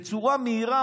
בצורה מהירה,